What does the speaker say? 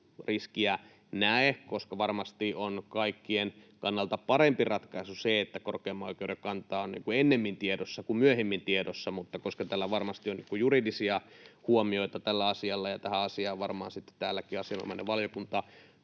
riskiä näe, koska varmasti on kaikkien kannalta parempi ratkaisu se, että korkeimman oikeuden kanta on ennemmin tiedossa kuin myöhemmin tiedossa, mutta koska tällä asialla varmasti on juridisia huomioita ja tähän asiaan varmaan sitten täälläkin asianomainen valiokunta